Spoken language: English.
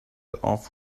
off